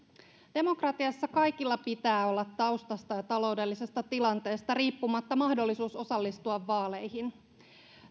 demokratiassa kaikilla pitää olla taustasta ja taloudellisesta tilanteesta riippumatta mahdollisuus osallistua vaaleihin